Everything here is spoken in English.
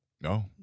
No